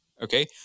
okay